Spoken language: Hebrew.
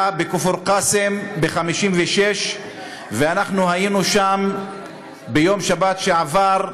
בכפר-קאסם ב-1956 אנחנו היינו שם ביום שבת שעבר,